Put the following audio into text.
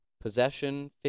Possession